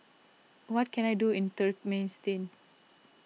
what can I do in Turkmenistan